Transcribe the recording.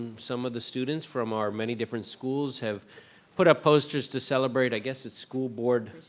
some of the students from our many different schools have put up posters to celebrate, i guess it's school board.